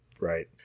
Right